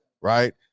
right